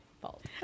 fault